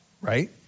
right